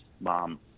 mom